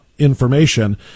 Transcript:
information